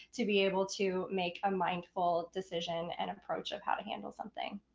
to be able to make a mindful decision and approach of how to handle something.